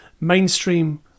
mainstream